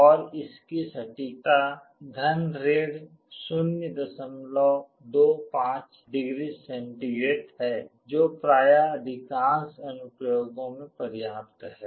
और इसकी सटीकता 025 o C है जो प्रायः अधिकांश अनुप्रयोगों में पर्याप्त है